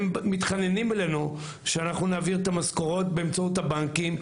הם מתחננים אלינו שאנחנו נעביר את המשכורות באמצעות הבנקים,